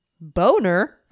Boner